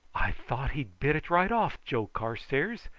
i thought he'd bit it right off, joe carstairs,